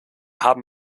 haben